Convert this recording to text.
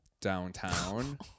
downtown